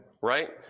Right